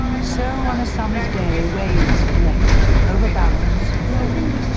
so on a summer's day, waves collect, overbalance, and fall.